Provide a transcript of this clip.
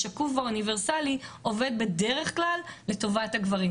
השקוף והאוניברסלי עובד בדרך כלל לטובת הגברים.